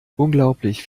unglaublich